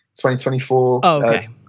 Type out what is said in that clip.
2024